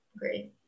Great